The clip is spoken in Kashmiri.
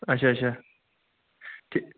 اچھا اچھا ٹھک